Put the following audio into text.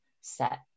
set